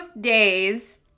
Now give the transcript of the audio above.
days